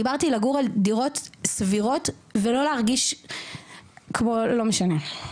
דיברתי על לגור בדירות סבירות ולא להרגיש כמו לא משנה מה.